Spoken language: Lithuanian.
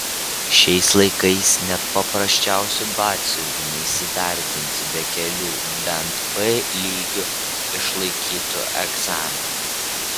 šiais laikais net paprasčiausiu batsiuviu neįsidarbinsi be kelių bent b lygiu išlaikytų egzaminų